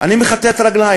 אני מכתת רגליים.